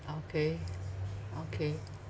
okay okay